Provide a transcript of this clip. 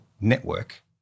network